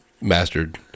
mastered